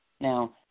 now